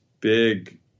big